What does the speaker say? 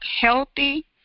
healthy